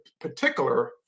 particular